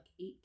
eight